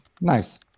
nice